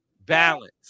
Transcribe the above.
balance